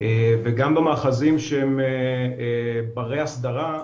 וגם מאחזים שהם בריי הסדרה,